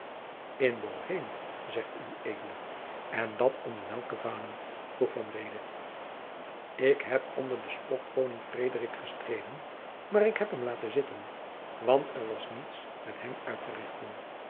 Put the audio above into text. in boheme zegt ued en dat onder welke vanen vroeg van reede ik heb onder den spotkoning frederik gestreden maar ik heb hem laten zitten want er was niets met hem uitterichten ik